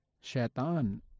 Shaitan